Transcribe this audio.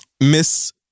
Miss